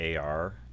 AR